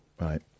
right